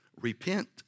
Repent